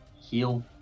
heal